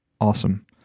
Awesome